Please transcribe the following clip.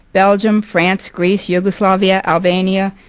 belgium, france, greece, yugoslavia, albania,